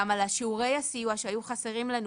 גם על שיעורי הסיוע שהיו חסרים לנו,